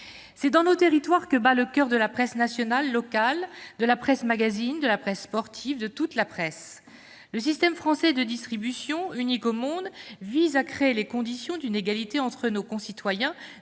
C'est dans nos territoires que bat le coeur de la presse nationale, de la presse locale, de la presse magazine, de la presse sportive, bref de toute la presse. Le système français de distribution, unique au monde, vise à créer les conditions d'une égalité entre nos concitoyens